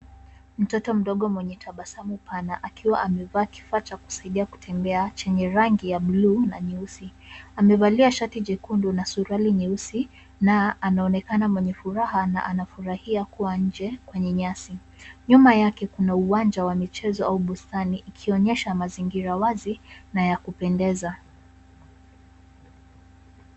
Mtoto mdogo mwenye tabasamu pana akiwa amevaa kifaa cha kusaidia kutembea chenye rangi ya bluu na nyeusi amevalia shati jekundu na suruali nyeusi na anaonekana mwenye furaha na anafurahia kuwa nje kwenye nyasi. Nyuma yake kuna uwanja wa michezo au bustani ikionyesha mazingira wazi na ya kupendeza.